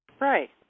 Right